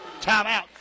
Timeout